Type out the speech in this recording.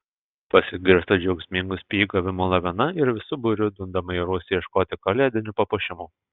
pasigirsta džiaugsmingų spygavimų lavina ir visu būriu dundama į rūsį ieškoti kalėdinių papuošimų